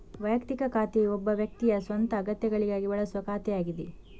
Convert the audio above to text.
ವೈಯಕ್ತಿಕ ಖಾತೆಯು ಒಬ್ಬ ವ್ಯಕ್ತಿಯ ಸ್ವಂತ ಅಗತ್ಯಗಳಿಗಾಗಿ ಬಳಸುವ ಖಾತೆಯಾಗಿದೆ